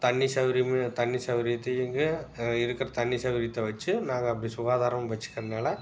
தண்ணி சௌரியமும் தண்ணி சௌரியத்தையுங்க இருக்கிற தண்ணி சௌரியத்தை வச்சு நாங்கள் அப்படி சுகாதாரம் வச்சுக்கறதுனால